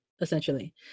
essentially